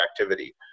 activity